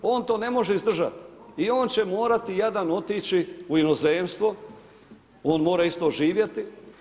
On to ne može izdržati i on će morati jadan otići u inozemstvo, on mora isto živjeti.